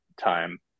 time